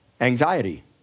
anxiety